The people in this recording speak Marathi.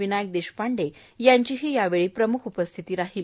विनायक देशपांडे यांचीही यावेळी प्रम्ख उपस्थिती राहील